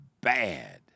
bad